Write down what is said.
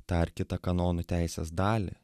dar kitą kanonų teisės dalį